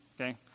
okay